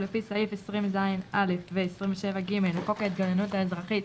ולפי סעיף 20ז(א) ו-27(ג) לחוק ההתגוננות האזרחית,